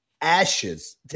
ashes